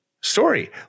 story